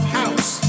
house